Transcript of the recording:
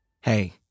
Hey